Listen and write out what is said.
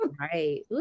Right